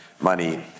money